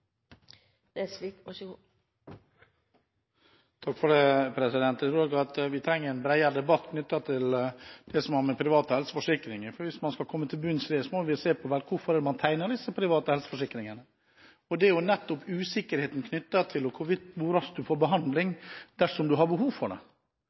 Nesvik har hatt ordet to ganger tidligere og får ordet til en kort merknad, begrenset til 1 minutt. Jeg tror nok at vi trenger en bredere debatt knyttet til det som har med private helseforsikringer å gjøre. Hvis man skal komme til bunns i det, må vi se på hvorfor man tegner disse private helseforsikringene. Det er nettopp knyttet til usikkerheten med hensyn til hvor raskt en får behandling